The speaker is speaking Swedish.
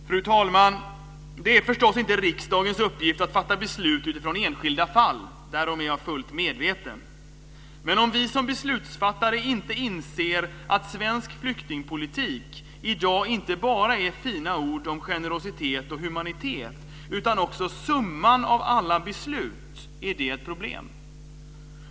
Fru talman! Det är förstås inte riksdagens uppgift att fatta beslut utifrån enskilda fall; därom är jag fullt medveten. Men om vi som beslutsfattare inte inser att svensk flyktingpolitik i dag inte bara är fina ord om generositet och humanitet utan också summan av alla beslut, är det ett problem.